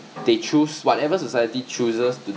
they choose whatever society chooses to